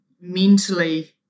mentally